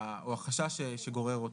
והחשש שגורר אותם.